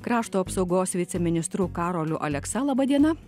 krašto apsaugos viceministru karoliu aleksa laba diena